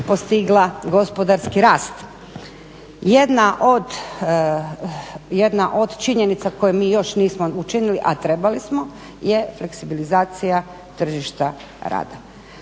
postigla gospodarski rast. Jedna od činjenica koje mi još nismo učinili, a trebali smo je fleksibilizacija tržišta rada